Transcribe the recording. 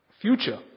future